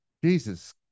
Jesus